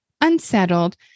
unsettled